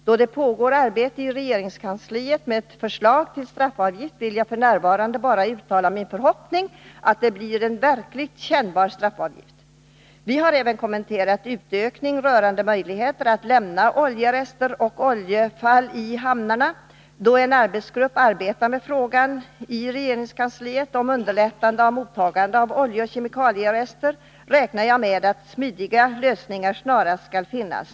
Då det pågår arbete i regeringskansliet med förslag till straffavgift, vill jag f. n. bara uttala min förhoppning att det blir en verkligt kännbar straffavgift. Vi har även kommenterat en utökning av möjligheterna att lämna oljerester och oljeavfall i hamnar. Då en arbetsgrupp inom regeringskansliet arbetar med frågan om underlättande av mottagandet av oljeoch kemikalierester, räknar jag med att smidiga lösningar snarast skall finnas.